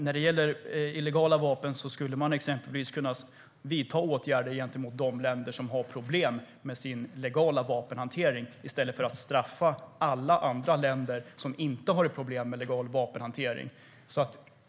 När det gäller illegala vapen skulle man exempelvis kunna vidta åtgärder mot de länder som har problem med sin legala vapenhantering i stället för att straffa alla andra länder som inte har ett problem med legal vapenhantering.